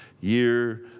year